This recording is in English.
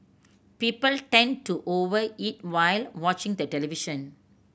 people tend to over eat while watching the television